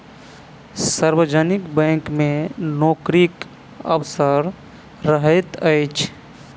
सार्वजनिक बैंक मे नोकरीक अवसर रहैत अछि